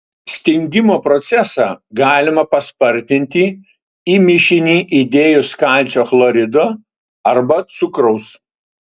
stingimo procesą galima paspartinti į mišinį įdėjus kalcio chlorido arba cukraus